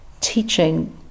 teaching